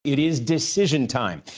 it is decision time.